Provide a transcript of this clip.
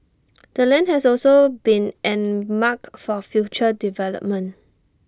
the land has also been earmarked for future development